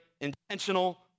intentional